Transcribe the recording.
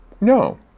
No